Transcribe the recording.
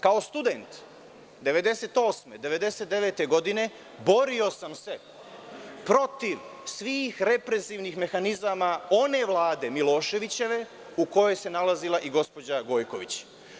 Kao student, 1998-1999. godine, borio sam se protiv svih represivnih mehanizama one vlade Miloševićeve u kojoj se nalazila i gospođa Gojković.